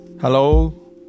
Hello